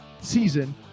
season